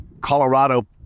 colorado